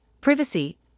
privacy